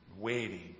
Waiting